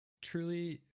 truly